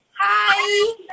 Hi